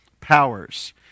powers